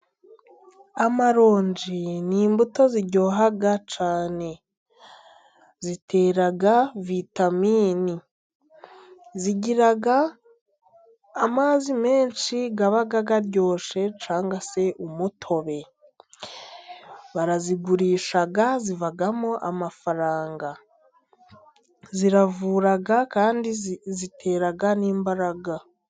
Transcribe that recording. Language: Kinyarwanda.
Amaronji ni imbuto ziryoha cyane, zitera vitaminini, zigira amazi menshi aba aryoshe cyangwa se umutobe, barazigurisha, zivagamo amafaranga, ziravura kandi zitera n'imbaraga.